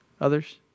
Others